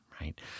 right